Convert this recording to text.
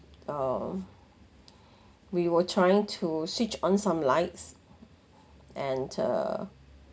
uh we were trying to switch on some lights and uh